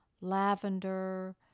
lavender